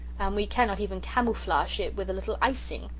and we cannot even camooflash it with a little icing!